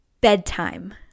bedtime